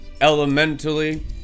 elementally